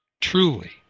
truly